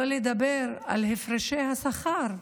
שלא לדבר על הפרשי השכר,